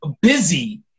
busy